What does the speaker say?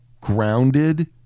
grounded